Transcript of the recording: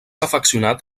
afeccionat